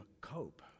cope